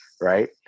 right